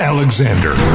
Alexander